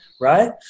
Right